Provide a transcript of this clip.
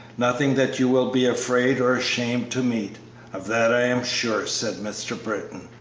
nothing that you will be afraid or ashamed to meet of that i am sure, said mr. britton,